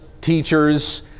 teachers